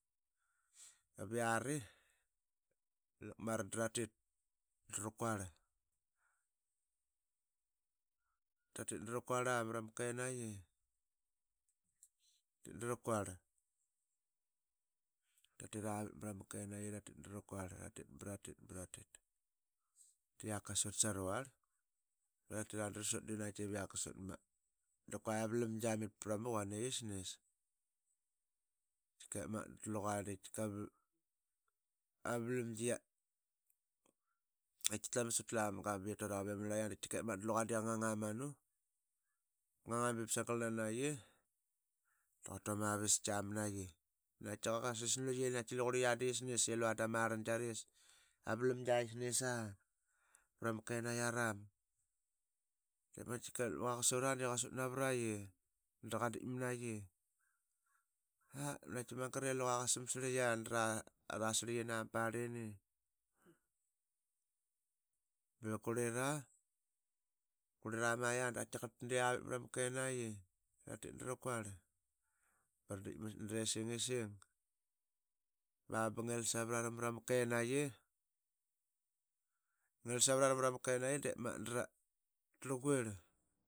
Dap yara de lakmara dratit drakuarl. tatit drakuarla mrama kenaiqi. Tatit drakuarl. tatit ravit mrama kenaiqi ratit drakuarl. tatit. tatiravit mrama kenaiqi iratit drakuarl tatit. bratit. bratit. Diak qasut saruvarl. tatira drasut dev yak ksut ma. da kua ma vlamgiamit vramaquan i yasnis. Qikep magat dluqa de ama vlamgi. e tkitla ma sutlamga ba yane ama nirlaiya da qaitikep magat dluqa de qangang amanu. Qanganga bep sagal nanaqi da qatuama vistka mnaqi. Na qaita que qasis nluia i lira qurliya da qisnis i luva damarlngiaris. Ama vlamgia ya snisa vrama kenaiyaram ba qaitike luqa qasura de qasut navraiqi daqa ditk mnaqi. A naqaiti magre luqa qa samsirlika nama sirlikina mana barlina. Bep qurlira. qurli aramaiya da qaitiqarl tatitla vit mrama kenaiyi iratit draquarl braditkmat naresingisang bsa bangil savrara mrama kenaiyi drarlquirl.